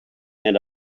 and